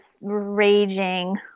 raging